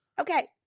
Okay